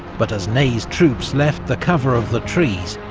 but as ney's troops left the cover of the trees,